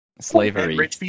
slavery